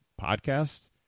podcast